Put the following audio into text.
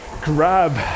grab